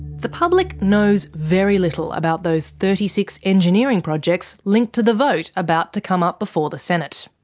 the public knows very little about those thirty six engineering projects linked to the vote about to come up before the senate.